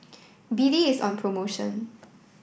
B D is on promotion